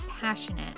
passionate